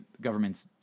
governments